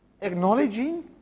Acknowledging